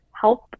help